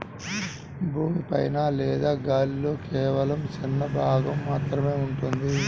భూమి పైన లేదా గాలిలో కేవలం చిన్న భాగం మాత్రమే ఉంటుంది